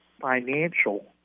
financial